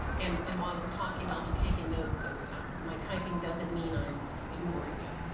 and and while you're talking, i'll be taking notes, so yeah my typing doesn't mean i'm ignoring you.